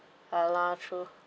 ya lor true